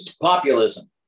Populism